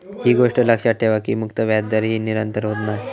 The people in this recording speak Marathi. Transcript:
ही गोष्ट लक्षात ठेवा की मुक्त व्याजदर ही निरंतर होत नाय